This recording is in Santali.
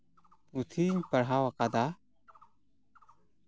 ᱯᱩᱛᱷᱤᱧ ᱯᱟᱲᱦᱟᱣ ᱟᱠᱟᱫᱟ